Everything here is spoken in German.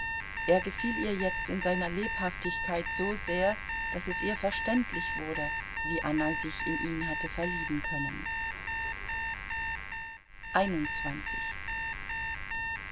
er gefiel ihr jetzt in seiner lebhaftigkeit so sehr daß es ihr verständlich wurde wie anna sich in ihn hatte verlieben können